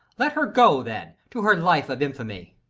let her go, then, to her life of infamy.